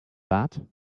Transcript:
that